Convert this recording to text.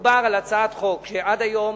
מדובר על הצעת חוק שעד היום